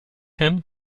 him